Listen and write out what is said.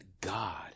God